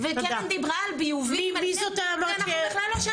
קרן דיברה על ביובים, אנחנו בכלל לא שם.